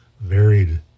varied